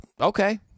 Okay